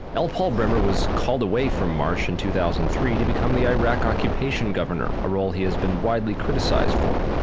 l paul bremer was called away from marsh in two thousand and three to become the iraq occupation governor, a role he has been widely criticized for.